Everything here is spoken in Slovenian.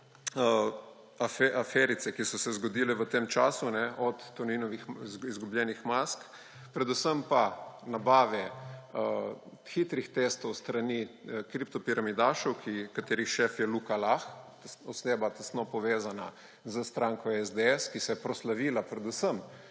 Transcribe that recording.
aferice, ki so se zgodile v tem času, od Toninovih izgubljenih mask, predvsem pa nabave hitrih testov s strani kriptopiramidašev, katerih šef je Luka Lah, oseba tesno povezana s stranko SDS, ki se je proslavila predvsem